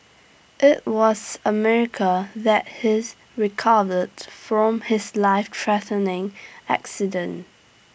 IT was A miracle that he recovered from his lifethreatening accident